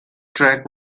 track